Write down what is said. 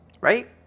right